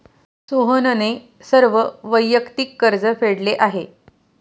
सोहनने सर्व वैयक्तिक कर्ज फेडले आहे